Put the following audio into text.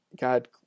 God